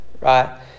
right